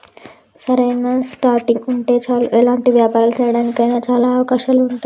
సరైన స్టార్టింగ్ ఉంటే చాలు ఎలాంటి వ్యాపారాలు చేయడానికి అయినా చాలా అవకాశాలు ఉంటాయి